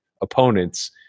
opponents